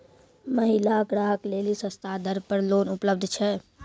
महिला ग्राहक लेली सस्ता दर पर लोन उपलब्ध छै?